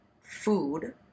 food